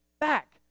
back